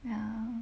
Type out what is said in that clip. ya